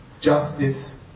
justice